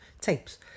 tapes